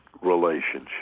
relationship